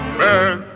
man